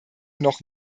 noch